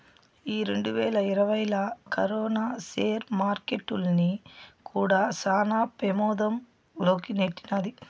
ఈ రెండువేల ఇరవైలా కరోనా సేర్ మార్కెట్టుల్ని కూడా శాన పెమాధం లోకి నెట్టినాది